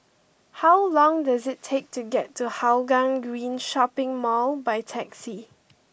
how long does it take to get to Hougang Green Shopping Mall by taxi